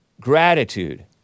gratitude